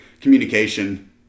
communication